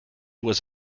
was